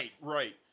Right